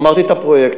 אמרתי את הפרויקטים.